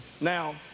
Now